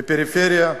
בפריפריה,